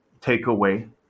takeaway